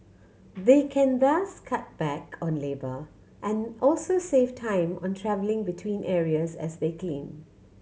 they can thus cut back on labour and also save time on travelling between areas as they clean